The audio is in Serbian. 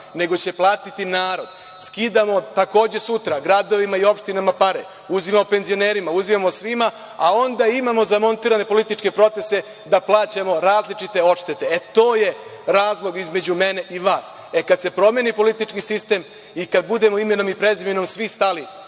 nego će platiti narod. Skidamo takođe sutra gradovima i opštinama pare, uzimamo penzionerima, uzimamo svima, a onda imamo zamontirane političke procese da plaćamo različite odštete. E, to je razlika između mene i vas. Kad se promeni politički sistem i kad budemo imenom i prezimenom svi stali